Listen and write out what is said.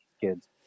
kids